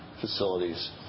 facilities